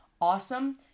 awesome